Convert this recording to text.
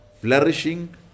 flourishing